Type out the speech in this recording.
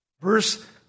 Verse